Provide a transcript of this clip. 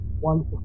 one